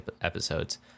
episodes